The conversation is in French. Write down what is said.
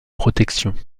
protection